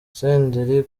senderi